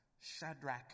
Shadrach